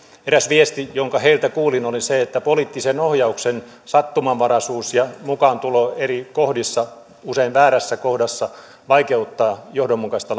eräs viesti jonka heiltä kuulin oli se että poliittisen ohjauksen sattumanvaraisuus ja mukaantulo eri kohdissa usein väärässä kohdassa vaikeuttaa johdonmukaista